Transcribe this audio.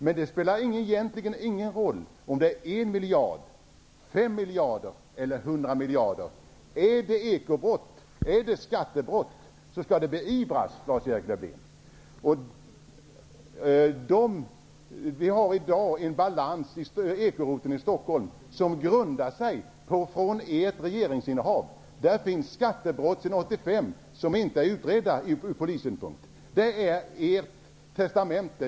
Men det spelar egentligen ingen roll om det är 1 miljard, 5 miljarder eller 100 miljarder. Är det ekobrott, är det skattebrott skall det beivras, Lars Erik Lövdén. Vi har i dag en balans i ekoroteln i Stockholm som är kvar sedan ert regeringsinnehav. Där finns skattebrott sedan 1985 som inte är utredda ur polissynpunkt. Det är ert testamente.